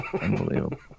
unbelievable